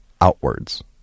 outwards